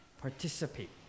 participate